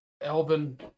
Elvin